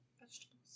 vegetables